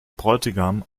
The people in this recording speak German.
bräutigam